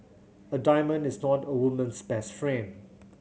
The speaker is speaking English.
a diamond is not a woman's best friend